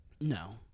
No